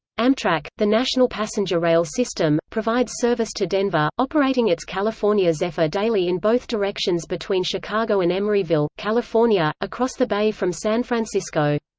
amtrak, the national passenger rail system, provides service to denver, operating its california zephyr daily in both directions between chicago and emeryville, california, across the bay from san francisco.